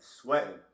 sweating